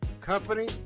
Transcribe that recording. company